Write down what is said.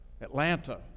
Atlanta